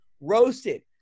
ROASTED